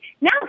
now